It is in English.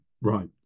Right